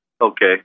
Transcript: okay